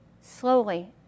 slowly